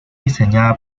diseñada